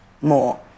more